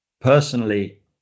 personally